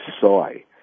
soy